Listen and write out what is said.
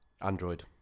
Android